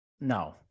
no